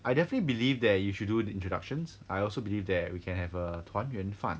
I definitely believe that you should do the introductions I also believe that we can have a 团圆饭